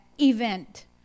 event